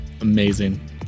Amazing